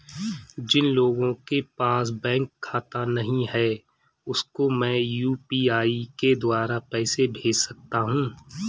जिन लोगों के पास बैंक खाता नहीं है उसको मैं यू.पी.आई के द्वारा पैसे भेज सकता हूं?